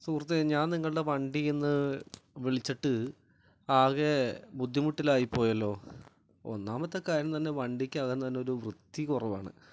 സുഹൃത്തേ ഞാൻ നിങ്ങളുടെ വണ്ടീന്ന് വിളിച്ചിട്ട് ആകെ ബുദ്ധിമുട്ടിലായി പോയല്ലോ ഒന്നാമത്തെ കാര്യം തന്നെ വണ്ടിക്കകം തന്നെ ഒരു വൃത്തി കുറവാണ്